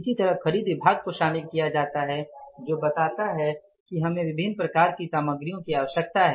इसी तरह खरीद विभाग को शामिल किया जाता है जो बताता है कि हमें विभिन्न प्रकार की सामग्रियों की आवश्यकता है